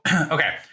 okay